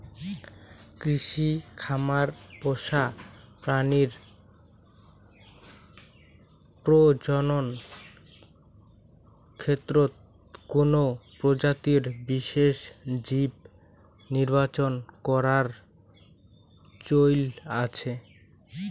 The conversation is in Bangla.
কৃষি খামার পোষা প্রাণীর প্রজনন ক্ষেত্রত কুনো প্রজাতির বিশেষ জীব নির্বাচন করার চৈল আছে